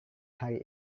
hari